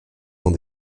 dans